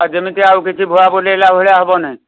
ଆ ଯେମିତି ଆଉ କିଛି ଭୁଆଁ ବୁଲେଇଲା ଭଳିଆ ହେବନାଇ